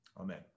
Amen